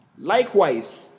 Likewise